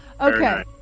Okay